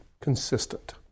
consistent